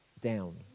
down